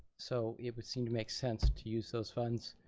so it would seem to make sense to use those funds.